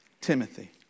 Timothy